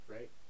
Right